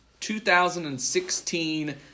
2016